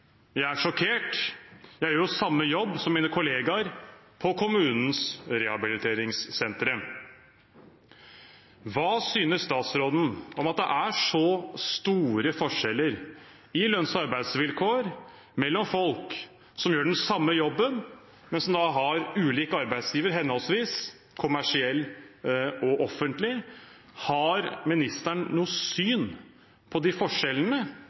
Jeg er sjokkert. Jeg gjør jo samme jobb som mine kollegaer på kommunens rehabiliteringssentre. Hva synes statsråden om at det er så store forskjeller i lønns- og arbeidsvilkår mellom folk som gjør den samme jobben, men som har ulik arbeidsgiver, henholdsvis kommersiell og offentlig? Har ministeren noe syn på de forskjellene